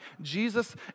Jesus